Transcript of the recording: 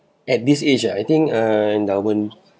at this age uh I think err endowment